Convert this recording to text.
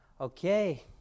Okay